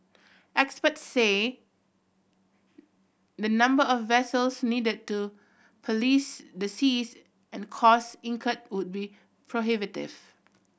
experts say the number of vessels need to police the seas and cost incurred would be prohibitive